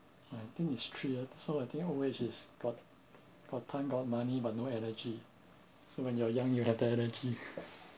I think is three uh so I think always is got got time got money but no energy so when you're young you have the energy